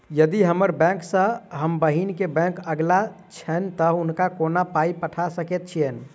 यदि हम्मर बैंक सँ हम बहिन केँ बैंक अगिला छैन तऽ हुनका कोना पाई पठा सकैत छीयैन?